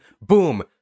boom